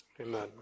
Amen